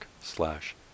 slash